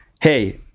hey